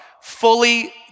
fully